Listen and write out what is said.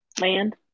Land